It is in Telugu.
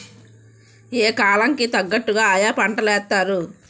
యా కాలం కి తగ్గట్టుగా ఆయా పంటలేత్తారు